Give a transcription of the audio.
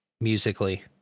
Musically